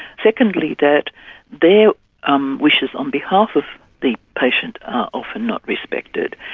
secondly that their um wishes on behalf of the patient are often not respected,